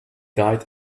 died